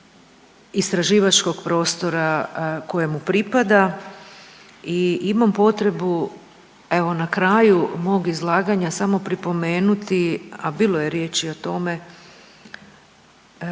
istraživačkog prostora koje mu pripada. I imam potrebu evo na kraju mog izlaganja samo pripomenuti, a bilo je riječi o tome